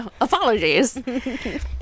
apologies